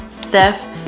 theft